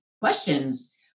questions